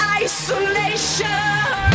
isolation